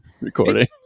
recording